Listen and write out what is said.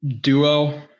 duo